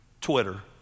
Twitter